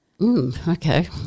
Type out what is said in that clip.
Okay